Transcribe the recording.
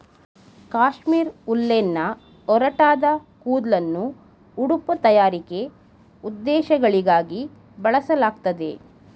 ಕಾಶ್ಮೀರ್ ಉಲ್ಲೆನ್ನ ಒರಟಾದ ಕೂದ್ಲನ್ನು ಉಡುಪು ತಯಾರಿಕೆ ಉದ್ದೇಶಗಳಿಗಾಗಿ ಬಳಸಲಾಗ್ತದೆ